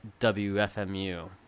WFMU